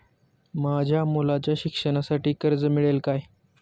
माझ्या मुलाच्या शिक्षणासाठी कर्ज मिळेल काय?